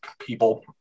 people